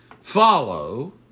follow